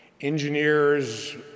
Engineers